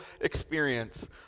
experience